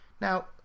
Now